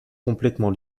complètement